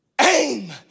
Aim